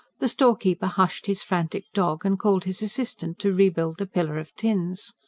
the storekeeper hushed his frantic dog, and called his assistant to rebuild the pillar of tins.